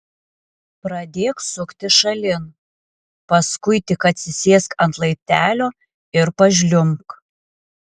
pradėk suktis šalin paskui tik atsisėsk ant laiptelio ir pažliumbk